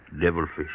Devilfish